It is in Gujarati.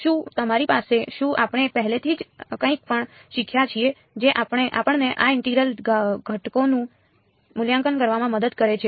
શું અમારી પાસે છે શું આપણે પહેલેથી જ કંઈપણ શીખ્યા છીએ જે આપણને આ ઇન્ટેગ્રલ ઘટકોનું મૂલ્યાંકન કરવામાં મદદ કરે છે